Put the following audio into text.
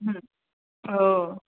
हो